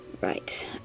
Right